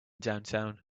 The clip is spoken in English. downtown